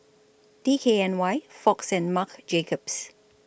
D K N Y Fox and Marc Jacobs